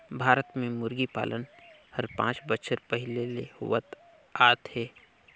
भारत में मुरगी पालन हर पांच बच्छर पहिले ले होवत आत हे